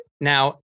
now